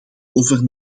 over